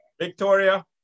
Victoria